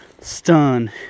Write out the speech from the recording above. stun